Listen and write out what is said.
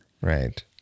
right